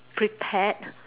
prepared